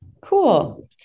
Cool